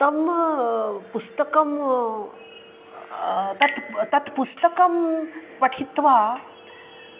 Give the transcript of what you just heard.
तं पुस्तकं तत् तत् पुस्तकं पठित्वा